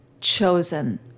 chosen